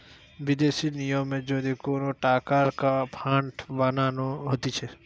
বিদেশি নিয়মে যদি কোন টাকার ফান্ড বানানো হতিছে